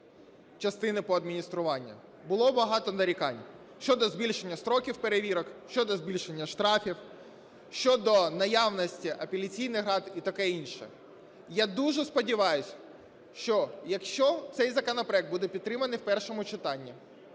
частини по адмініструванню. Було багато нарікань щодо збільшення строків перевірок, щодо збільшення штрафів, щодо наявності апеляційних рад і таке інше. Я дуже сподіваюся, що, якщо цей законопроект буде підтриманий в першому читанні,